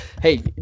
hey